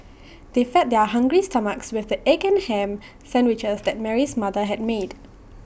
they fed their hungry stomachs with the egg and Ham Sandwiches that Mary's mother had made